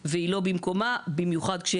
מנהליים, ובסמכות של,